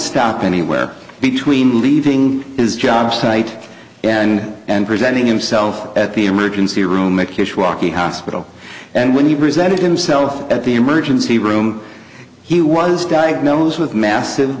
stop anywhere between leaving his job site and and presenting himself at the emergency room the kishwaukee hospital and when he presented himself at the emergency room he was diagnosed with massive